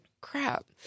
crap